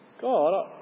God